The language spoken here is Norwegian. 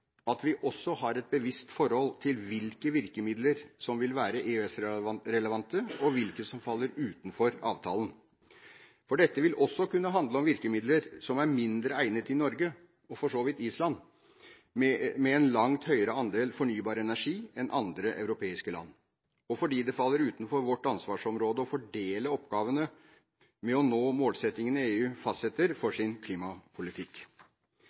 at vi også har et bevisst forhold til hvilke virkemidler som vil være EØS-relevante, og hvilke som faller utenfor avtalen. For dette vil også kunne handle om virkemidler som er mindre egnet i Norge, og for så vidt Island, med en langt høyere andel fornybar energi enn andre europeiske land. Det faller også utenfor vårt ansvar å fordele oppgavene med å nå de målsettinger EU fastsetter for sin klimapolitikk.